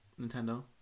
Nintendo